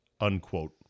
unquote